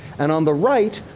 and on the right,